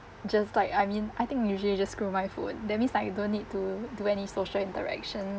just like I mean I think usually just scroll my phone that means like don't need to do any social interaction